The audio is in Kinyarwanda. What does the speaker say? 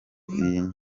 iyi